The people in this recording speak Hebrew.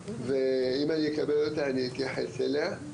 ואם אני אקבל אותה אני אתייחס אליה,